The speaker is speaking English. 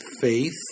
faith